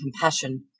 compassion